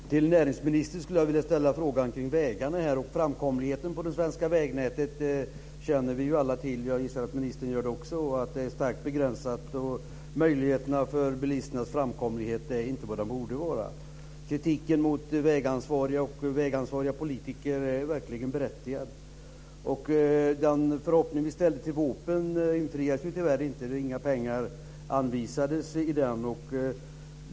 Fru talman! Till näringsministern skulle jag vilja ställa en fråga om vägarna. Hur framkomligheten är på det svenska vägnätet känner vi alla till. Jag gissar att ministern gör det också. Den är starkt begränsad, och möjligheterna för bilisterna att ta sig fram är inte vad de borde vara. Kritiken mot vägansvariga och vägansvariga politiker är verkligen berättigad. Den förhoppning vi ställde till VÅP:en infriades tyvärr inte. Inga pengar anvisades i den.